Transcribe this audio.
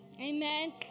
Amen